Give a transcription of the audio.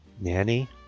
Nanny